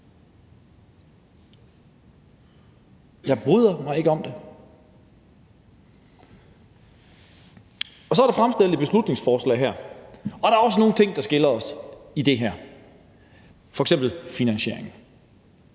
Jeg bryder mig ikke om det. Så er der fremsat et beslutningsforslag her. Der er også nogle ting, der skiller os her, f.eks. finansieringen.